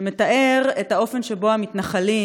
שמתאר את האופן שבו המתנחלים